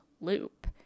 loop